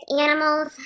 animals